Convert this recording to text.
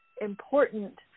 important